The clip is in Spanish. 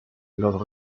los